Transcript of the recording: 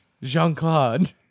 Jean-Claude